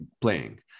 playing